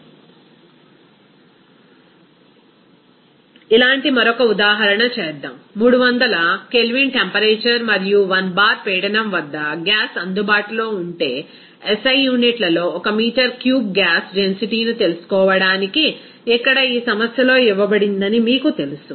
refer slide టైం1936 ఇలాంటి మరొక ఉదాహరణ చేద్దాం 300 K టెంపరేచర్ మరియు 1 బార్ పీడనం వద్ద గ్యాస్ అందుబాటులో ఉంటే SI యూనిట్లలో 1 మీటర్ క్యూబ్ గ్యాస్ డెన్సిటీ ను తెలుసుకోవడానికి ఇక్కడ ఈ సమస్యలో ఇవ్వబడిందని మీకు తెలుసు